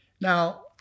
Now